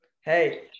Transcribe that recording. Hey